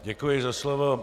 Děkuji za slovo.